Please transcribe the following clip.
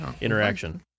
interaction